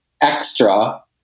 extra